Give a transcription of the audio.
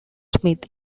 smith